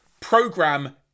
program